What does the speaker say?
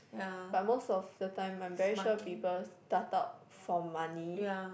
but most of the time I'm very sure people start out for money